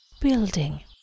building